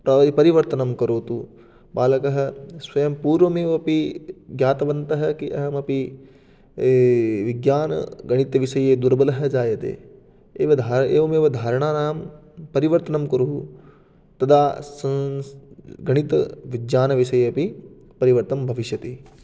तर्हि परिवर्तनं करोतु बालकः स्वयं पूर्वमेव अपि ज्ञातवन्तः कि अहम् अपि विज्ञानगणितविषये दुर्बलः जायते इव धार एवमेव धारणानां परिवर्तनं कुर्युः तदा संस् गणितविज्ञानविषयेऽपि परिवर्तनं भविष्यति